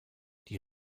die